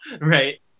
right